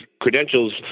credentials